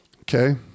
Okay